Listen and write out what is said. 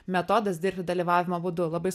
metodas dirbti dalyvavimo būdu labai